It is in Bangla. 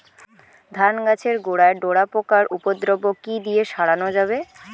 ধান গাছের গোড়ায় ডোরা পোকার উপদ্রব কি দিয়ে সারানো যাবে?